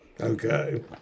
Okay